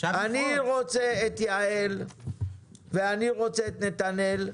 אני רוצה את יעל ואת נתנאל,